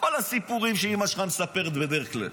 כל הסיפורים שאימא שלך מספרת בדרך כלל.